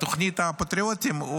בתוכנית הפטריוטים,